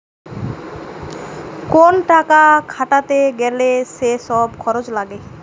কোন টাকা খাটাতে গ্যালে যে সব খরচ লাগে